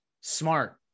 smart